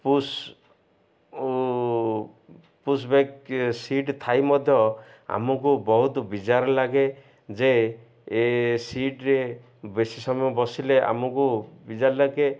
push ଓ pushback seat ଥାଇ ମଧ୍ୟ ଆମକୁ ବହୁତ ବିଜାର ଲାଗେ ଯେ ଏ ସିଟ୍ରେ ବେଶୀ ସମୟ ବସିଲେ ଆମକୁ ବିଜାର ଲାଗେ